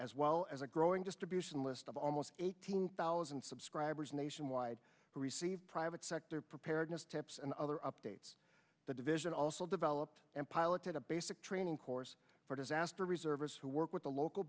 as well as a growing distribution list of almost eighteen thousand subscribers nationwide who receive private sector preparedness tips and other updates the division also developed and piloted a basic training course for disaster reservists who work with the local